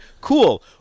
cool